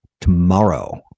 tomorrow